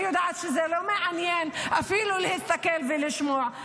אני יודעת שזה לא מעניין אפילו להסתכל ולשמוע,